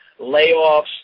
layoffs